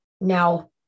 Now